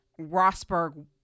Rosberg